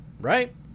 right